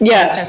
Yes